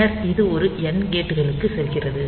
பின்னர் இது ஒரு n கேட் களுக்கு செல்கிறது